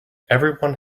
everyone